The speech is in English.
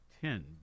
ten